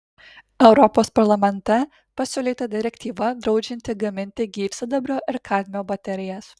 europos parlamente pasiūlyta direktyva draudžianti gaminti gyvsidabrio ir kadmio baterijas